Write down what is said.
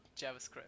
JavaScript